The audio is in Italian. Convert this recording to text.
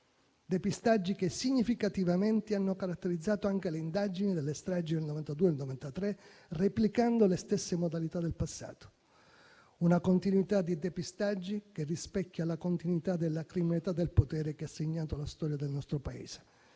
Depistaggi che significativamente hanno caratterizzato anche le indagini delle stragi del 1992 e del 1993, replicando le stesse modalità del passato: una continuità di depistaggi che rispecchia la continuità della criminalità del potere che ha segnato la storia del nostro Paese.